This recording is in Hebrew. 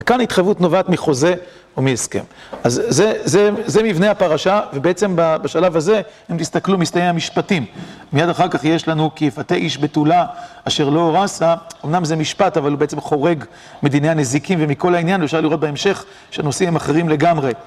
וכאן התחייבות נובעת מחוזה או מהסכם. אז זה מבנה הפרשה, ובעצם בשלב הזה הם תסתכלו מסתיים המשפטים. מיד אחר כך יש לנו כי יפתה איש בתולה אשר לא אורשה, אמנם זה משפט, אבל הוא בעצם חורג מדיני הנזיקים, ומכל העניין אפשר לראות בהמשך שנושאים הם אחרים לגמרי.